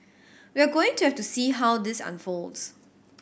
we're going to have to see how this unfolds